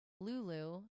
Lulu